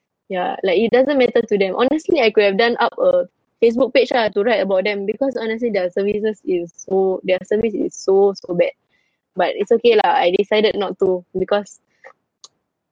ya like it doesn't matter to them honestly I could have done up a Facebook page ah to write about them because honestly their services is so their service is so so bad but it's okay lah I decided not to because